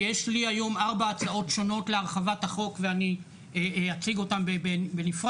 ויש לי היום ארבע הצעות שונות להרחבת החוק ואני אציג אותן בנפרד,